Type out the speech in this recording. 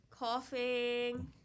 coughing